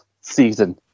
season